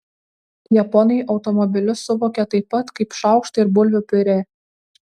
japonai automobilius suvokia taip pat kaip šaukštą ir bulvių piurė